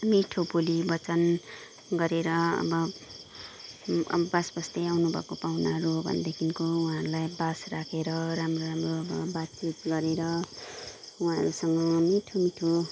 मिठो बोली वचन गरेर अब अब बास बस्तै आउनु भएको पाहुनाहरू हो भनेदेखिको उहाँहरूलाई बास राखेर राम्रो राम्रो अब बातचित गरेर उहाँहरूसँग मिठो मिठो